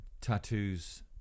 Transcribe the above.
tattoos